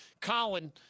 Colin